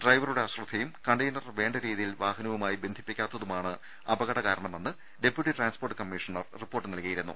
ഡ്രൈവറുടെ അശ്രദ്ധയും കണ്ടെയ്നർ വേണ്ട രീതിയിൽ വാഹനവുമായി ബന്ധിപ്പിക്കാത്തതുമാണ് അപകടകാരണമെന്ന് ഡെപ്യൂട്ടി ട്രാൻസ്പോർട്ട് കമ്മീഷണർ റിപ്പോർട്ട് നൽകിയിരുന്നു